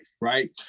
right